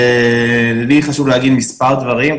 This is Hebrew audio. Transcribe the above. לי חשוב להגיד מספר דברים.